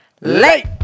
Late